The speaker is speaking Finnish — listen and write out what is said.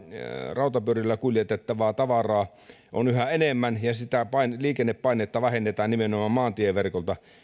rautapyörillä kuljetettavaa tavaraa on yhä enemmän ja sitä liikennepainetta vähennetään nimenomaan maantieverkolta